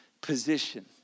position